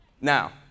Now